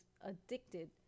addicted